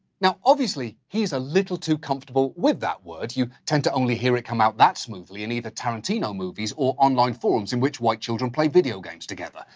now, obviously he's a little too comfortable with that word. you tend to only hear it come out that smoothly in either tarantino movies or online forums in which white children play video games together.